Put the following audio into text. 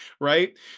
Right